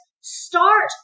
Start